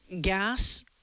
gas